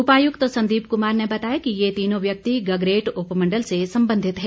उपायुक्त संदीप कुमार ने बताया कि ये तीनों व्यक्ति गगरेट उपमण्डल से संबंधित हैं